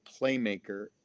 playmaker